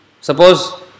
Suppose